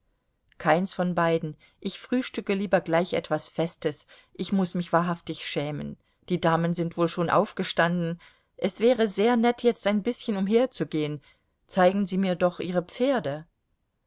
keins von beiden ich frühstücke lieber gleich etwas festes ich muß mich wahrhaftig schämen die damen sind wohl schon aufgestanden es wäre sehr nett jetzt ein bißchen umherzugehen zeigen sie mir doch ihre pferde